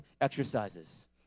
exercises